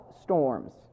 storms